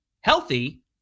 healthy